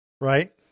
right